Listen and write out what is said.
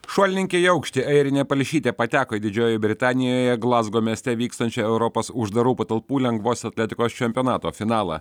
šuolininkė į aukštį airinė palšytė pateko į didžiojoje britanijoje glazgo mieste vykstančio europos uždarų patalpų lengvosios atletikos čempionato finalą